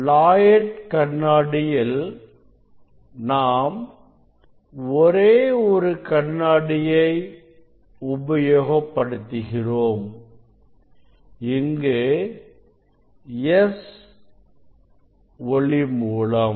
Lloyd கண்ணாடியில் நாம் ஒரே ஒரு கண்ணாடியை உபயோகப்படுத்துகிறோம் இங்கு S ஒளி மூலம்